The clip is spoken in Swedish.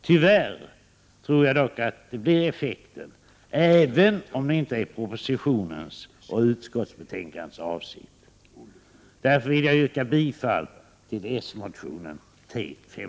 Tyvärr tror jag dock att det blir effekten, även om det inte är propositionens och utskottsbetänkandets avsikt. Därför vill jag yrka bifall till s-motionen TIS.